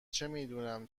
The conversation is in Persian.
چمیدونم